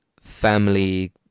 family